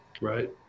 right